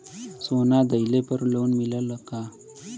सोना दहिले पर लोन मिलल का?